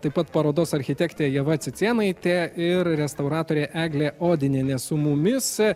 taip pat parodos architektė ieva cicėnaitė ir restauratorė eglė odinienė su mumis